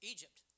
Egypt